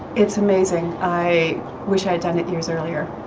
it's amazing i wish i had done it years earlier